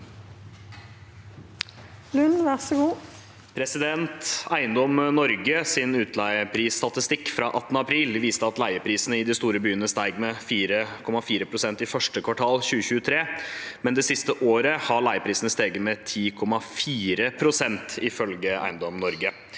«Eiendom Norge sin utleieprisstatistikk fra 18. april viste at leieprisene i de fire store byene steg med 4,4 pst. i første kvartal 2023. Det siste året har leieprisene steget med 10,4 pst., ifølge Eiendom Norge.